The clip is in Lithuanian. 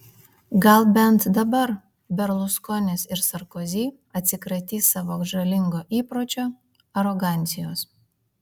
gal bent dabar berluskonis ir sarkozy atsikratys savo žalingo įpročio arogancijos